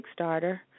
Kickstarter